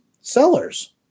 sellers